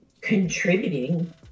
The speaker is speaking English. contributing